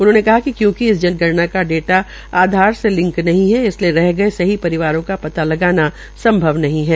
उन्होंने कहा कि क्यूंकि इस जनगणना का डाटा आधार से लिंक नहीं है इसलिये रह गये सही परिवारों का पता लगाना संभव नहीं है